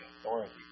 authority